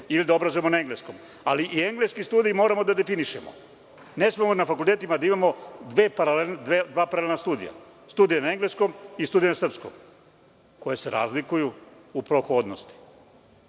ili da obrazujemo na engleskom. Ali i engleske studije moramo da definišemo. Ne smemo na fakultetima da imamo dve paralelna studija. Studije na engleskom i studije na srpskom, koje su razlikuju u prohodnosti.